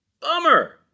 Bummer